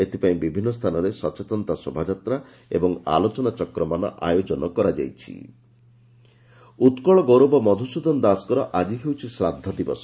ଏଥିପାଇଁ ବିଭିନ୍ତ ସ୍ସାନରେ ସଚେତନତା ଶୋଭାଯାତ୍ରା ଏବଂ ଆଲୋଚନାଚକ୍ରମାନ ଆୟୋଜନ କରାଯାଇଛି ଶ୍ରାଦ୍ଧ ଦିବସ ଉକ୍ଳ ଗୌରବ ମଧୁସୂଦନ ଦାସଙ୍କର ଆକି ହେଉଛି ଶ୍ରାଦ୍ଧ ଦିବସ